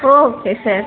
okay sir